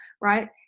right